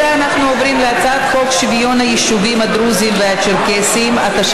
היו"ר טלי פלוסקוב: 29